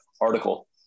article